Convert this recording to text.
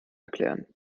erklären